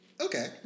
Okay